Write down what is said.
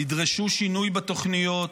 תדרשו שינוי בתוכניות,